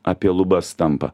apie lubas tampa